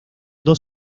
dos